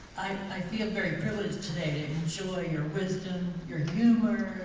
i feel very privileged today to enjoy your wisdom your humor